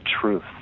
truth